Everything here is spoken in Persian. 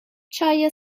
چای